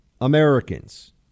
Americans